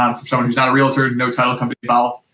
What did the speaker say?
um from someone who's not a realtor, no tunnel can be followed.